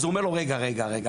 אז הוא אומר לו: רגע רגע רגע,